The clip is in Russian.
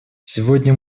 сегодня